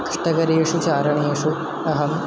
कष्टकरेषु चारणेषु अहम्